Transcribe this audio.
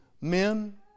men